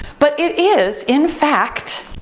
but it is, in fact,